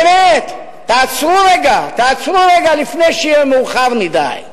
באמת, תעצרו רגע, תעצרו רגע לפני שיהיה מאוחר מדי.